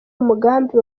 umugambi